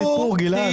מיליארדים כבר.